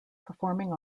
performing